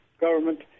government